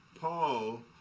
paul